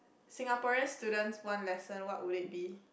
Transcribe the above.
Singaporeans students one lesson what would it be